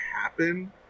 happen